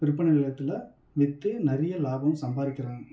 விற்பனை நிலையத்தில் விற்று நிறைய லாபம் சம்பாதிக்கிறாங்க